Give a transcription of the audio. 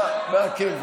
באוגוסט,